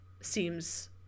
seems